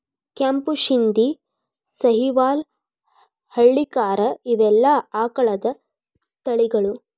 ಕೆಂಪು ಶಿಂದಿ, ಸಹಿವಾಲ್ ಹಳ್ಳಿಕಾರ ಇವೆಲ್ಲಾ ಆಕಳದ ತಳಿಗಳು